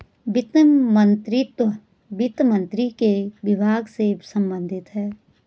वित्त मंत्रीत्व वित्त मंत्री के विभाग से संबंधित है